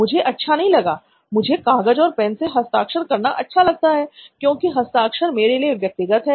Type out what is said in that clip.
मुझे अच्छा नहीं लगा मुझे कागज और पेन से हस्ताक्षर करना अच्छा लगता है क्योंकि हस्ताक्षर मेरे लिए व्यक्तिगत है